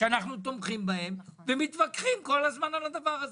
הבא - שיטת ההפעלה המוצעת לתפיסתנו.